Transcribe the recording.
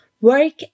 work